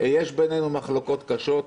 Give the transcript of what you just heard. יש בינינו מחלוקות קשות,